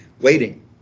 waiting